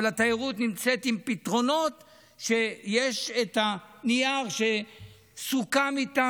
אבל התיירות נמצאת עם פתרונות שיש את הנייר שסוכם איתם,